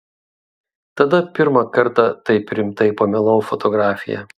tada pirmą kartą taip rimtai pamilau fotografiją